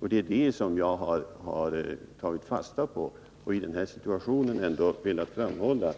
Det är det som jag har tagit fasta på och i den här situationen velat framhålla.